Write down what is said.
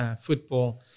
football